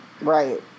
Right